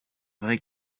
vraie